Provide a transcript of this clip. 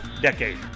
decade